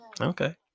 Okay